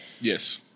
Yes